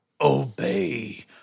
Obey